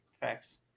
Thanks